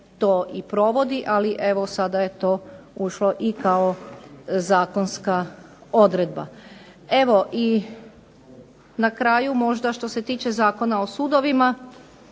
to i provodi, ali evo sada je to ušlo i kao zakonska odredba. Evo i na kraju možda što se tiče Zakona o sudovima